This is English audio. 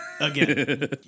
Again